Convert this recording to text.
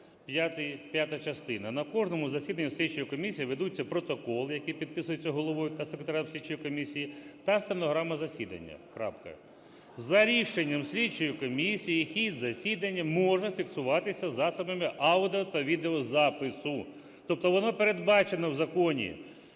п'ята частина. "На кожному засіданні слідчої комісії ведуться протокол, який підписується головою та секретарем слідчої комісії, та стенограма засідання. (Крапка) За рішенням слідчої комісії хід засідання може фіксуватися засобами аудіо- та відеозапису". Тобто воно передбачено в законі.